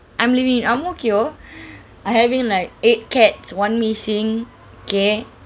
I'm living in ang mo kio I having like eight cats one missing okay